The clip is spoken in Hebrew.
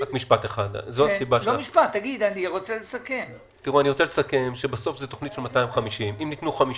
אני רוצה לסכם שבסוף זו תוכנית של 250. אם ניתנו 50,